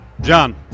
John